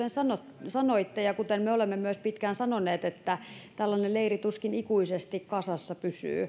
sanoitte ja kuten me olemme myös pitkään sanoneet tällainen leiri tuskin ikuisesti kasassa pysyy